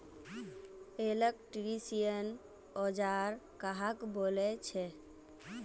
Electrician औजार कहाक बोले छे?